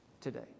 today